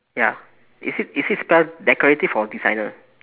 ya is it is it spelt decorative or designer